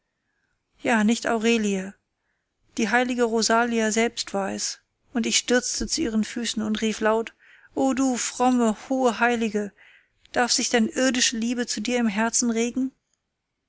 ja nicht aurelie die heilige rosalia selbst war es und ich stürzte zu ihren füßen und rief laut o du fromme hohe heilige darf sich denn irdische liebe zu dir im herzen regen